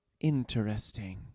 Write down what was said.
interesting